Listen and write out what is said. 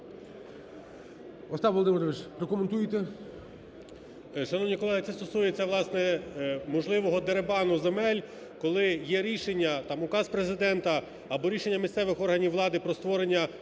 Остап Володимирович, прокоментуєте?